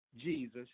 Jesus